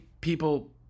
people